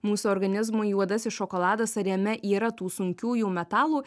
mūsų organizmui juodasis šokoladas ar jame yra tų sunkiųjų metalų